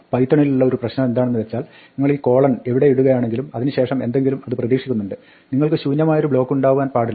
പൈത്തണിലുള്ള ഒരു പ്രശ്നമെന്താണെന്ന് വെച്ചാൽ നിങ്ങൾ ഈ കോളൺ എവിടെ ഇടുകയാണെങ്കിലും അതിന് ശേഷം എന്തെങ്കിലും അത് പ്രതീക്ഷിക്കുന്നുണ്ട് നിങ്ങൾക്ക് ശൂന്യമായൊരു ബ്ലോക്ക് ഉണ്ടാവാൻ പാടില്ല